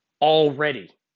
already